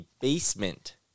basement